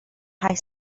هشت